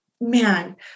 man